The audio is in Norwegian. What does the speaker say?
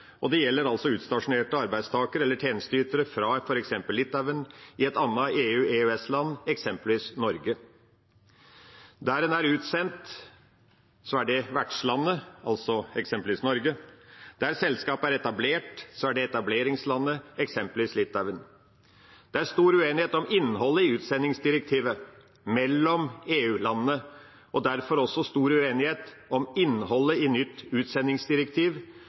Det gjelder utstasjonerte arbeidstakere eller tjenesteytere fra f.eks. Litauen i et annet EU/EØS-land, eksempelvis Norge. Der en er en utsendt, er vertslandet, eksempelvis Norge. Der selskapet er etablert, er etableringslandet, eksempelvis Litauen. Det er stor uenighet mellom EU-landene om innholdet i utsendingsdirektivet, og derfor også stor uenighet om innholdet i nytt utsendingsdirektiv.